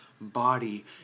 body